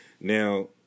Now